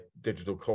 digital